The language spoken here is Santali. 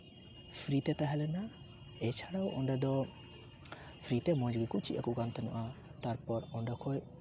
ᱯᱷᱨᱤ ᱛᱮ ᱛᱟᱦᱮᱸ ᱞᱮᱱᱟ ᱮᱪᱷᱟᱲᱟᱣ ᱚᱸᱰᱮ ᱫᱚ ᱯᱷᱨᱤ ᱛᱮ ᱢᱚᱡᱽ ᱜᱮᱠᱚ ᱪᱮᱫ ᱟᱠᱚ ᱛᱟᱦᱮᱱᱟ ᱛᱟᱨᱯᱚᱨ ᱚᱸᱰᱮ ᱠᱷᱚᱱ